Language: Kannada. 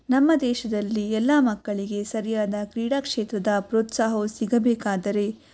ನಮ್ಮ ದೇಶದಲ್ಲಿ ಎಲ್ಲ ಮಕ್ಕಳಿಗೆ ಸರಿಯಾದ ಕ್ರೀಡಾಕ್ಷೇತ್ರದ ಪ್ರೋತ್ಸಾಹವು ಸಿಗಬೇಕಾದರೆ